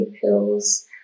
pills